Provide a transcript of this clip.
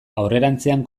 aurrerantzean